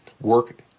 work